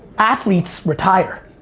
athletes retire.